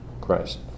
Christ